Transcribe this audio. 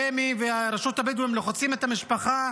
רמ"י ורשות הבדואים לוחצים את המשפחה